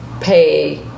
pay